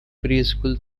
preschool